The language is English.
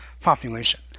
population